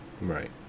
right